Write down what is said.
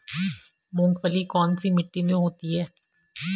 मूंगफली कौन सी मिट्टी में होती है?